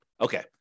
Okay